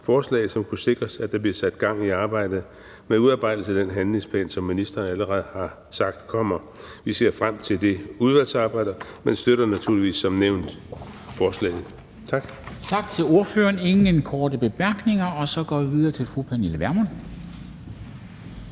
forslaget, så det kunne sikres, at der bliver sat gang i arbejdet med udarbejdelsen af den handlingsplan, som ministeren allerede har sagt kommer. Vi ser frem til det udvalgsarbejde, men støtter naturligvis som nævnt forslaget. Tak. Kl. 14:55 Formanden (Henrik Dam Kristensen): Tak til ordføreren. Der er ingen korte bemærkninger. Så går vi videre til fru Pernille Vermund,